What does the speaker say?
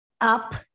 up